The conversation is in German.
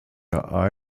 der